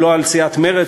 גם לא על סיעת מרצ,